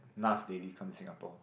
Nas-Daily come to Singapore